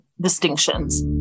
distinctions